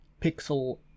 pixel